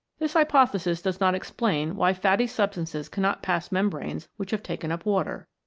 this hypothesis does not explain why fatty substances cannot pass mem branes which have taken up water.